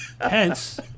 Hence